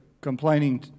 complaining